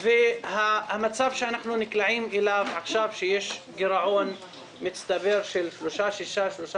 לבין המצב שאנחנו נקלעים אליו עכשיו כשיש גירעון מצטבר של 3.6%,3.7%?